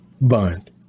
bond